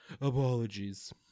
Apologies